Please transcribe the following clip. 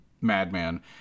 Madman